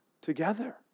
together